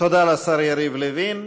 תודה לשר יריב לוין.